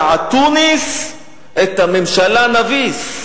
"מיפו ועד תוניס את הממשלה נביס".